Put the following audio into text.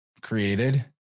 created